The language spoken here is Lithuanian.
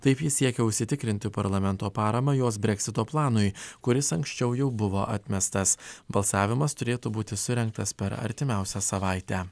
taip ji siekia užsitikrinti parlamento paramą jos breksito planui kuris anksčiau jau buvo atmestas balsavimas turėtų būti surengtas per artimiausią savaitę